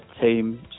team